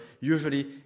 usually